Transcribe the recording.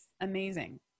amazing